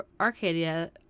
Arcadia